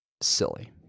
silly